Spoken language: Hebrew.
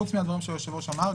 חוץ מהדברים שהיושב-ראש אמר,